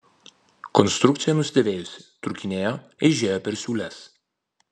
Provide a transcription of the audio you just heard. konstrukcija nusidėvėjusi trūkinėjo eižėjo per siūles